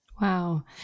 Wow